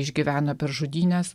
išgyveno per žudynes